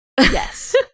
Yes